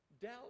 Doubt